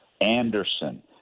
Anderson